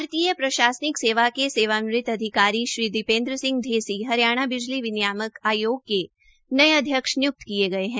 भारतीय प्रशासनिक सेवा के सेवानिवृत्त अधिकारी श्री दीपेन्द्र सिंह ढेसी हरियाणा बिजली विनियामक आयोग के नए अध्यक्ष निय्क्त किये गए हैं